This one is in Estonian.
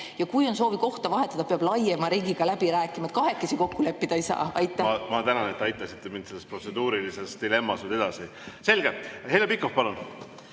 Ja kui on soovi kohta vahetada, peab laiema ringiga läbi rääkima, kahekesi kokku leppida ei saa. Ma tänan, et aitasite mind selles protseduurilises dilemmas edasi. Selge. Heljo Pikhof, palun!